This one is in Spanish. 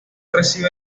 recibe